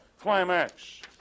climax